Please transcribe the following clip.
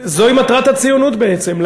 שזוהי מטרת הציונות בעצם,